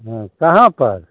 हँ कहाँ पर